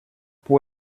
pour